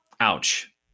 Ouch